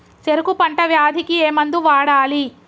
చెరుకు పంట వ్యాధి కి ఏ మందు వాడాలి?